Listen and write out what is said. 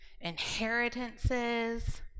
inheritances